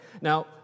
Now